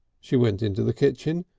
she went into the kitchen,